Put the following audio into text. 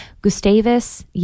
Gustavus